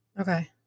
okay